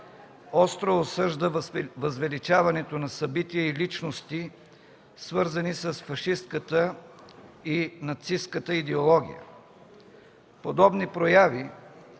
остро осъжда възвеличаването на събития и личности, свързани с фашистката и нацистката идеология. Подобни прояви